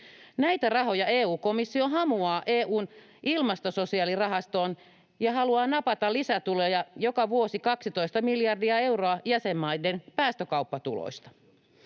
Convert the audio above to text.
Näitä rahoja EU-komissio hamuaa EU:n ilmastososiaalirahastoon ja haluaa napata lisätuloja joka vuosi 12 miljardia euroa jäsenmaiden päästökauppatuloista.